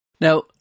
Now